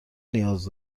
نیاز